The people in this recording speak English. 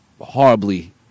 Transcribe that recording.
horribly